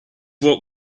what